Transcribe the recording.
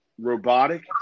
robotic